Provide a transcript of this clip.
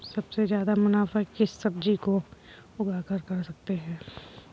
सबसे ज्यादा मुनाफा किस सब्जी को उगाकर कर सकते हैं?